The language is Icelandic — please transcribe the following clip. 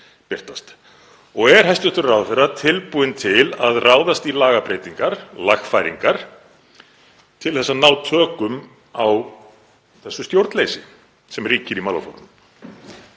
Og er hæstv. ráðherra tilbúinn til að ráðast í lagabreytingar, lagfæringar til að ná tökum á þessu stjórnleysi sem ríkir í málaflokknum?